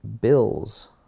bills